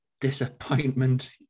disappointment